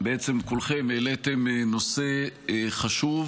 בעצם כולכם העליתם נושא חשוב,